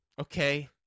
Okay